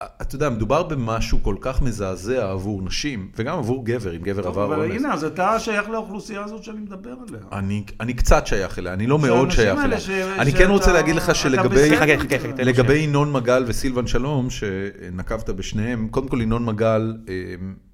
אתה יודע, מדובר במשהו כל כך מזעזע עבור נשים וגם עבור גבר, אם גבר עבר או לא. טוב, אבל הנה, אז אתה שייך לאוכלוסייה הזאת שאני מדבר עליה. אני קצת שייך אליה, אני לא מאוד שייך אליה. אני כן רוצה להגיד לך שלגבי ינון מגל וסילבן שלום, שנקבת בשניהם, קודם כל ינון מגל...